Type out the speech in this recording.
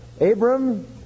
Abram